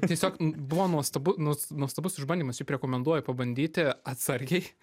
tiesiog buvo nuostabu nu nuostabus išbandymas juk rekomenduoju pabandyti atsargiai